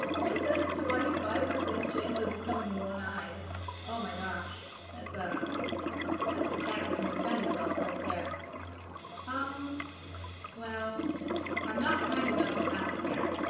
with a twenty five percent chance of becoming one-eyed oh my gosh that's a that's a cat that can defend itself right there um well i'm not kind enough to pat the cat